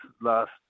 last